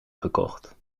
gekocht